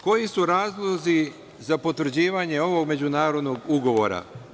Koji su razlozi za potvrđivanje ovog međunarodnog ugovora.